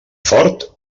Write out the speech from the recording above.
fort